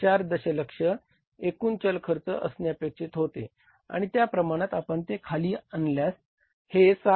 4 दशलक्ष एकूण चल खर्च असणे अपेक्षित होते आणि त्या प्रमाणात आपण ते खाली आणल्यास हे 7